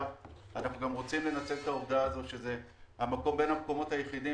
אנחנו רוצים לנצל את העובדה שזה בין המקומות היחידים